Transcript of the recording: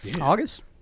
August